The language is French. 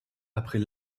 après